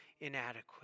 Inadequate